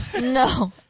No